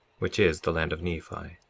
which is the land of nephi.